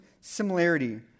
similarity